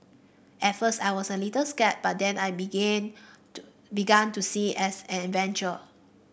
at first I was a little scared but then I begin to began to see it as an adventure